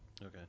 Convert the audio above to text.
Okay